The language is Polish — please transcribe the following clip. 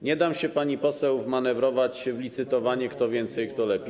Nie dam się pani poseł wmanewrować w licytowanie, kto więcej, kto lepiej.